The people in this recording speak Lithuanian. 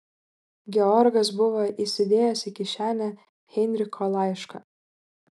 georgas buvo įsidėjęs į kišenę heinricho laišką